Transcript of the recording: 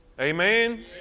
Amen